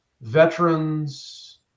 veterans